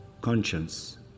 conscience